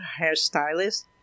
hairstylist